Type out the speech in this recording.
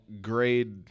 grade